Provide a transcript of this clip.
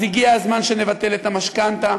אז הגיע הזמן שנבטל את המשכנתה,